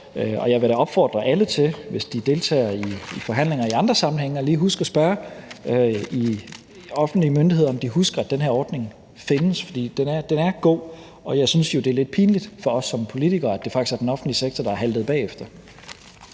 Og jeg vil da opfordre alle til, hvis de deltager i forhandlingerne og i andre sammenhænge, lige at huske at spørge de offentlige myndigheder, om de husker, at den her ordning findes, for den er god. Og jeg synes jo, det er lidt pinligt for os som politikere, at det faktisk er den offentlige sektor, der har haltet bagefter.